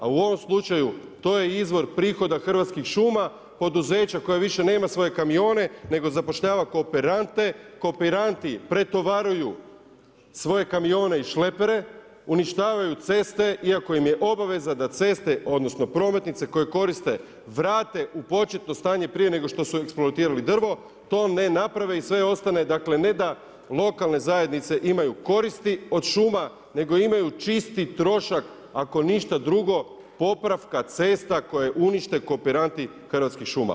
A u ovom slučaju to je izvor prihoda Hrvatskih šuma, poduzeća koje više nama svoje kamione nego zapošljava kooperante, kooperanti pretovaruju svoje kamione i šlepere, uništavaju ceste iako im je obaveza da ceste odnosno prometnice koje koriste vrate u početno stanje prije nego što su eksploatirali drvo to ne naprave i sve ostane dakle ne da lokalne zajednice imaju koristi od šuma nego imaju čisti trošak, ako ništa drugo popravka cesta koje unište kooperanti Hrvatskih šuma.